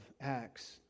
Acts